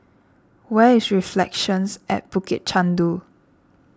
where is Reflections at Bukit Chandu